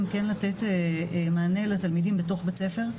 כן לתת מענה לתלמידים בתוך בית הספר.